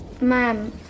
Ma'am